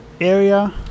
area